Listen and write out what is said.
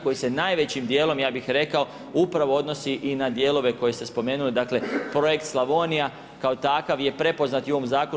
Koji se najvećim dijelom, ja bih rekao, upravo odnosi i na dijelove koje ste spomenuli dakle, projekt Slavonija, kao takav je prepoznat i u ovom zakonu.